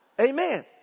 Amen